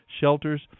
Shelters